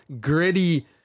gritty